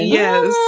yes